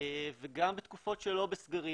וגם בתקופת שלא בסגרים,